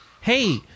Hey